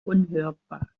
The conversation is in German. unhörbar